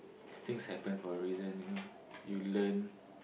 things happen for a reason you know you learn